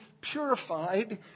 purified